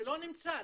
שלא נמצא,